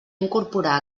incorporar